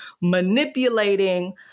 manipulating